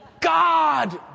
God